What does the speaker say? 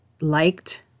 liked